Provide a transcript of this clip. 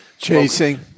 Chasing